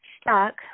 stuck